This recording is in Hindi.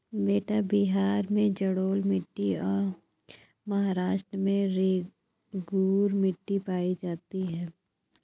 बेटा बिहार में जलोढ़ मिट्टी और महाराष्ट्र में रेगूर मिट्टी पाई जाती है